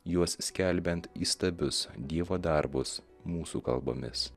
juos skelbiant įstabius dievo darbus mūsų kalbomis